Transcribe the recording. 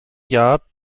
jahr